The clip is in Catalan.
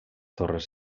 torres